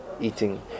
eating